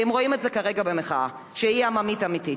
והם רואים את זה כרגע כמחאה שהיא עממית ואמיתית.